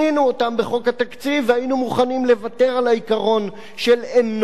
והיינו מוכנים לוותר על העיקרון של אין נוגעים בחוק-יסוד.